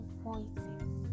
voices